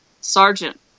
sergeant